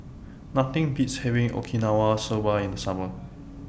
Nothing Beats having Okinawa Soba in The Summer